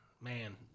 man